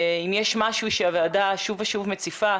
אם יש משהו שהוועדה שוב ושוב מציפה,